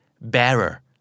bearer